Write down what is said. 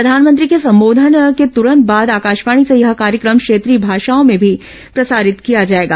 प्रधानमंत्री के संबोधन के तुरंत बाद आकाशवाणी से यह कार्यक्रम क्षेत्रीय भाषाओं में भी प्रसारित किया जाएगा